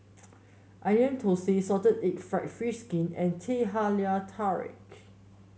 Onion Thosai Salted Egg fried fish skin and Teh Halia Tarik